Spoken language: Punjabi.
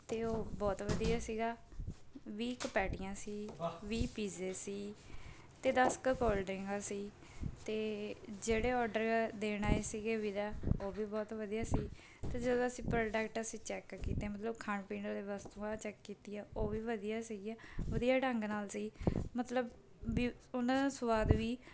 ਅਤੇ ਉਹ ਬਹੁਤ ਵਧੀਆ ਸੀਗਾ ਵੀਹ ਕੁ ਪੈਟੀਆਂ ਸੀ ਵੀਹ ਪੀਜ਼ੇ ਸੀ ਅਤੇ ਦਸ ਕੁ ਕੋਲਡਰਿੰਕਾਂ ਸੀ ਅਤੇ ਜਿਹੜੇ ਔਡਰ ਦੇਣ ਆਏ ਸੀਗੇ ਵੀਰਾ ਉਹ ਵੀ ਬਹੁਤ ਵਧੀਆ ਸੀ ਅਤੇ ਜਦੋਂ ਅਸੀਂ ਪ੍ਰੋਡਕਟ ਅਸੀਂ ਚੈੱਕ ਕੀਤੇ ਮਤਲਬ ਖਾਣ ਪੀਣ ਵਾਲੇ ਵਸਤੂਆਂ ਚੈੱਕ ਕੀਤੀਆ ਉਹ ਵੀ ਵਧੀਆ ਸੀਗੀਆਂ ਵਧੀਆ ਢੰਗ ਨਾਲ ਸੀ ਮਤਲਬ ਵੀ ਉਹਨਾਂ ਦਾ ਸੁਆਦ ਵੀ